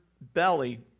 belly